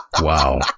Wow